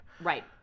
Right